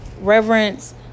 reverence